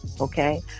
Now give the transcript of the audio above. Okay